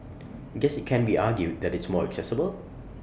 guess IT can be argued that it's more accessible